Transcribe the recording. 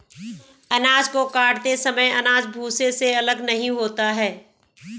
अनाज को काटते समय अनाज भूसे से अलग नहीं होता है